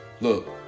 look